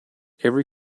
every